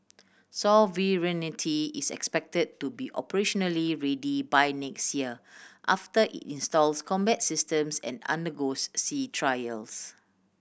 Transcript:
sovereignty is expected to be operationally ready by next year after it installs combat systems and undergoes sea trials